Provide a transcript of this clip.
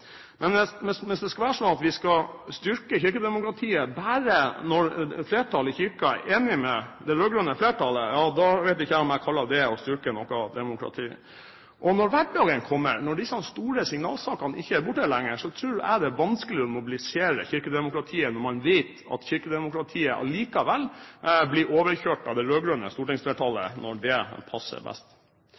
det skal være sånn at vi skal styrke kirkedemokratiet bare når flertallet i Kirken er enige med det rød-grønne flertallet, ja da vet jeg ikke om jeg kaller det å styrke demokratiet. Når hverdagen kommer – når disse store signalsakene ikke er oppe lenger – tror jeg det blir vanskelig å mobilisere kirkedemokratiet, når man vet at kirkedemokratiet allikevel blir overkjørt av det rød-grønne stortingsflertallet når det passer best.